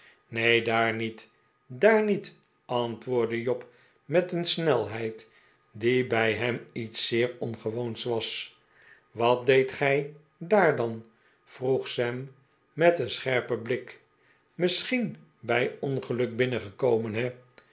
neen daar niet daar niet antwoordde job met een snelheid die bij hem iets zeer ongewoons was wat deedt gij daar dan vroeg sam met een scherpen blik misschien bij ongeluk binnengekomen he